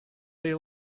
they